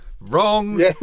Wrong